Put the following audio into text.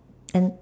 and